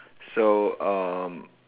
so um